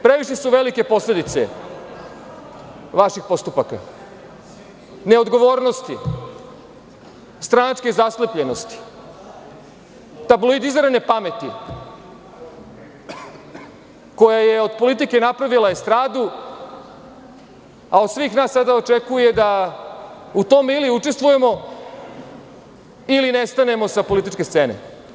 Previše su velike posledice vaših postupaka, neodgovornosti, stranačke zaslepljenosti, tabloidizirane pameti koja je od politike napravila estradu a od svih nas sada očekuje da u tome ili učestvujemo ili nestanemo sa političke scene.